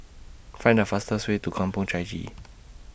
Find The fastest Way to Kampong Chai Chee